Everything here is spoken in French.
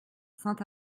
saint